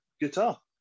guitar